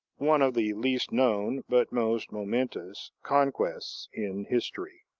one of the least known but most momentous conquests in history.